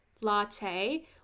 latte